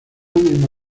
misma